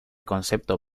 concepto